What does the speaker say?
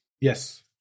Yes